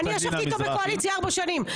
אני ישבתי איתו בקואליציה ארבע שנים.